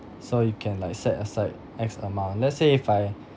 so you can like set aside X amount let's say if I